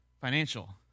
financial